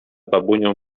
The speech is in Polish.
babunią